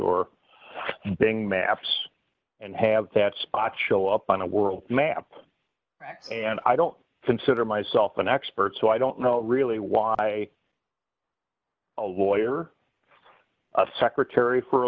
anything maps and have that spot show up on a world map and i don't consider myself an expert so i don't know really why a lawyer or a secretary for a